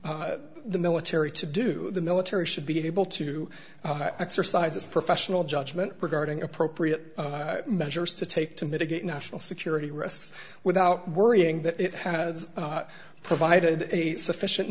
want the military to do the military should be able to exercise its professional judgment regarding appropriate measures to take to mitigate national security risks without worrying that it has provided a sufficient